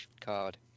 card